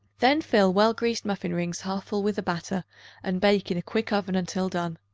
then fill well-greased muffin-rings half full with the batter and bake in a quick oven until done.